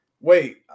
Wait